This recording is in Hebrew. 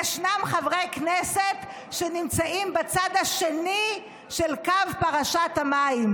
ישנם חברי כנסת שנמצאים בצד השני של קו פרשת המים,